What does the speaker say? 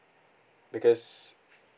because